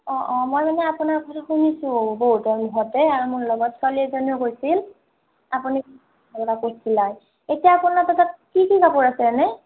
অঁ অঁ মই মানে আপোনাৰ কথাটো শুনিছো বহুতৰ মুখতে আৰু মোৰ লগত ছোৱালী এজনীয়েও কৈছিল আপুনি কাপোৰ চিলাই এতিয়া আপোনালোকৰ তাত কি কি কাপোৰ আছে এনেই